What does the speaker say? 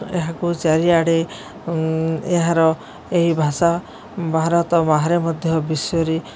ଏହାକୁ ଚାରିଆଡ଼େ ଏହାର ଏହି ଭାଷା ଭାରତ ବାହାରେ ମଧ୍ୟ ବିଶ୍ୱରେ